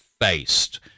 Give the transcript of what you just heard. faced